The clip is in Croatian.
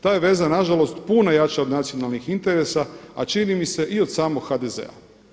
Ta je veza nažalost puno jača od nacionalnih interesa, a čini mi se i od samog HDZ.